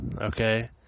Okay